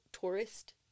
tourist